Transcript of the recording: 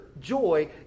joy